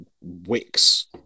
wicks